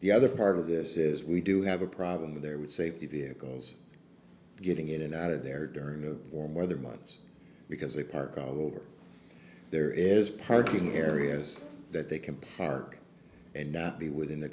the other part of this is we do have a problem there with safety vehicles getting in and out of there during the warm weather months because they park over there is parking areas that they can park and not be within the